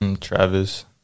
Travis